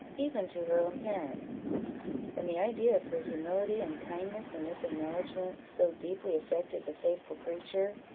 even to her own parents and the idea of her humility and kindness in this acknowledgment so deeply affected the faithful creature,